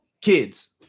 Kids